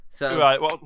Right